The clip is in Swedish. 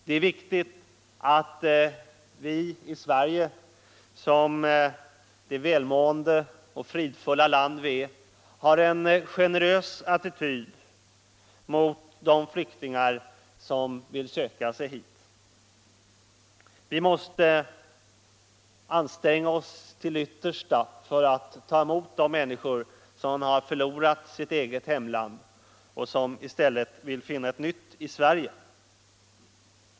Då är det viktigt att vi här i Sverige, som bor i ett rikt och fridfullt land, har en generös attityd gentemot de flyktingar som söker sig hit. Vi måste anstränga oss till det yttersta för att ta emot de människor som har förlorat sitt eget hemland och som nu vill försöka finna ett nytt här i Sverige.